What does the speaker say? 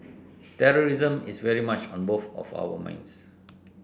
terrorism is very much on both of our minds